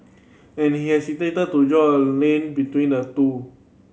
and he is hesitant to draw a link between the two